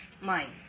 mind